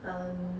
um